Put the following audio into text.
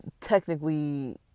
technically